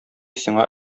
сиңа